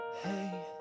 Hey